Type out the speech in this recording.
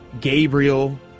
Gabriel